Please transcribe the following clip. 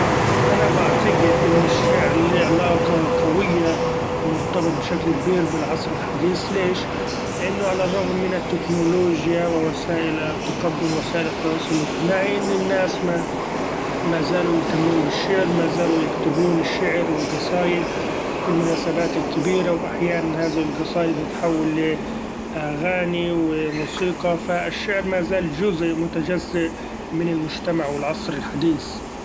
أنا بعتقد إن الشعر ليه علاقة قوية مرتبط بشكل كبير بالعصر الحديث ليش؟ لإنه علي الرغم من التكنولوچيا ووسائل التقدم وسائل التواصل الاجتماعي إن الناس ما-ما زالوا يهتمون بالشعر، مازالوا يكتبون الشعر والقصايد في المناسبات الكبيرة ، واحيانا هذا القصايد بتتحول لأغاني وموسيقى ف الشعر مازال چزء متچزء من المچتمع والعصر الحديث.